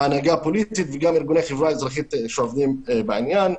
ההנהלה הפוליטית וארגוני חברה אזרחית שעובדים בעניין.